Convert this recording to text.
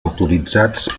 autoritzats